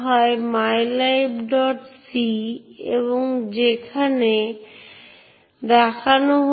তাই যখন ব্যবহারকারী পাসওয়ার্ডটিতে প্রবেশ করে তখন একটি ক্রিপ্টোগ্রাফিক অ্যালগরিদম ব্যবহার করা হয়